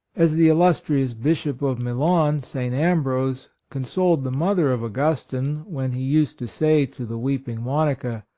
as the illustrious bishop of milan, st. ambrose, consoled the mother of augustine, when he used to say to the weeping monica,